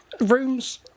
Rooms